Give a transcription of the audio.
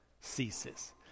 ceases